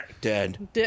Dead